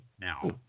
Now